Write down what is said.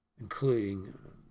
including